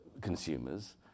consumers